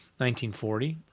1940